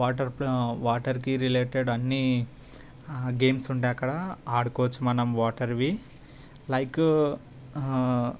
water వాటర్కి related అన్ని games ఉంటాయి అక్కడ ఆడుకోవచ్చు మనం వాటర్వి లైక్